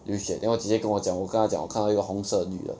流血 then 我姐姐跟我讲我跟她讲我看到一个红色的女人